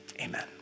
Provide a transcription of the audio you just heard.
Amen